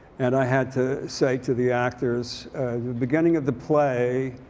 and i had to say to the actors beginning of the play